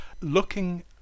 looking